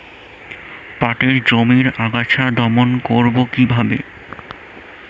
পাটের জমির আগাছা দমন করবো কিভাবে?